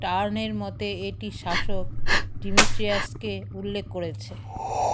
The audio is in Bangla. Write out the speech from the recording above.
টউনেরের মতে এটি শাসক ডিমিট্রিয়াসকে উল্লেখ করেছে